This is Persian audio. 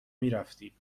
میرفتی